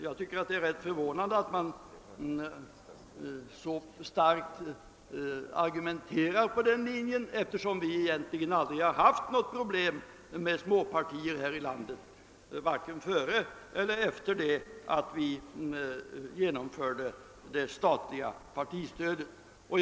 Jag tycker att det är ganska förvånande att man så starkt faller tillbaka på sådana argument när vi egentligen aldrig har haft några problem med småpartier här i landet, varken före eller efter det att vi genomförde det statliga partistödet.